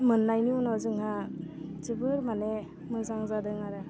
मोन्नायनि उनाव जोंहा जोबोर माने मोजां जादों आरो